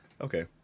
Okay